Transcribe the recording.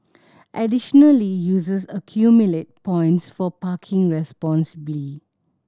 additionally users accumulate points for parking responsibly